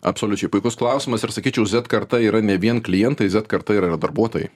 absoliučiai puikus klausimas ir sakyčiau z karta yra ne vien klientai z karta yra darbuotojai